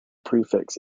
prefix